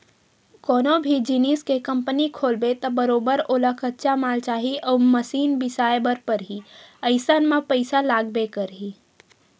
कोनो भी जिनिस के कंपनी खोलबे त बरोबर ओला कच्चा माल चाही अउ मसीन बिसाए बर परही अइसन म पइसा लागबे करही